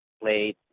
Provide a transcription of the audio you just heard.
played